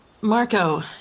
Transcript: Marco